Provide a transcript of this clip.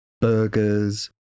burgers